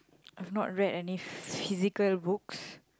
I've not read any physical books